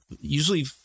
usually